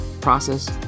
process